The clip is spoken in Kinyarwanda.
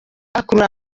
akurura